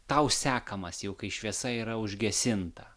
tau sekamas jau kai šviesa yra užgesinta